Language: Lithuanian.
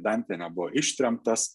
dantė nebuvo ištremtas